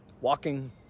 walking